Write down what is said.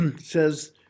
says